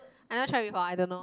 I never try before I don't know